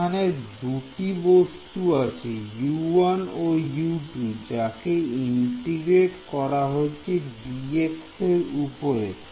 এখানে দুটি বস্তু আছে U1 ও U2 যাকে ইন্টিগ্রেট করা হচ্ছে dx এর উপরে